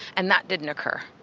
and that didn't occur.